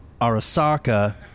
Arasaka